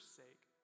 sake